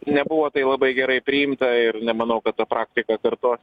nebuvo tai labai gerai priimta ir nemanau kad ta praktika kartos